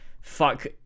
fuck